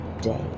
day